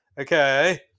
okay